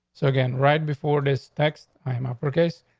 so again, right before this text, i am uppercase.